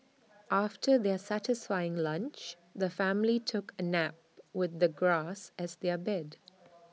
after their satisfying lunch the family took A nap with the grass as their bed